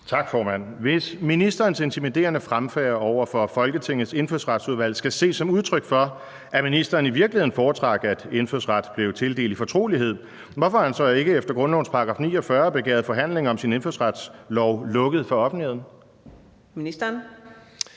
Hvis ministerens intimiderende fremfærd over for Folketingets Indfødsretsudvalg skal ses som udtryk for, at ministeren i virkeligheden foretrak, at indfødsret blev tildelt i fortrolighed, hvorfor har han så ikke efter grundlovens § 49 begæret forhandlingen om sin indfødsretslov lukket for offentligheden?